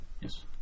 Yes